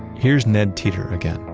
here's ned teeter again,